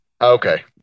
Okay